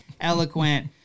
eloquent